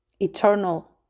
eternal